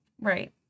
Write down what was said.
Right